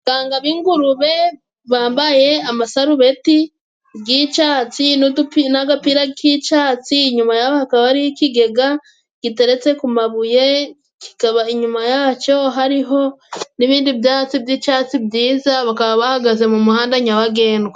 Abaganga b'ingurube bambaye amasarubeti ry'icatsi n'udupi n'agapira k'icatsi inyuma yabo hakaba hariho ikigega giteretse ku mabuye kikaba inyuma yaco hariho n'ibindi byatsi by'icatsi byiza bakaba bahagaze mu muhanda nyabagendwa.